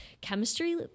chemistry